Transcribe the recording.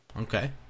Okay